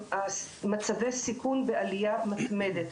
מצבי הסיכון בעלייה מתמדת,